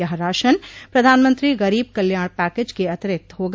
यह राशन प्रधानमंत्री गरीब कल्याण पैकेज के अतिरिक्त होगा